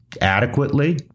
adequately